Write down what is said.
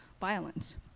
violence